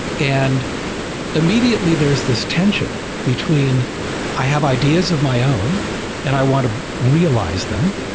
and immediately, there's this tension between i have ideas of my own and i want to realize them,